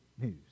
news